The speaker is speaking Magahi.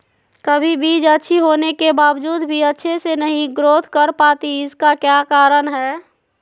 कभी बीज अच्छी होने के बावजूद भी अच्छे से नहीं ग्रोथ कर पाती इसका क्या कारण है?